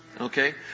Okay